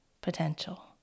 potential